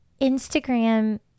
Instagram